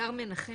הדר מנחם,